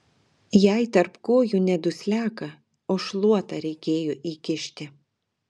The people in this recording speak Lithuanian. jai tarp kojų ne dusliaką o šluotą reikėjo įkišti